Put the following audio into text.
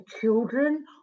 children